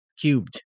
Cubed